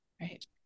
Right